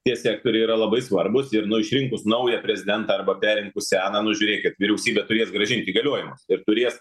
tie sektoriai yra labai svarbūs ir nu išrinkus naują prezidentą arba perrinkus seną nu žiūrėkit vyriausybė turės grąžint įgaliojimus ir turės